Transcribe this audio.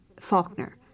Faulkner